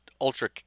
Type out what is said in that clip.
ultra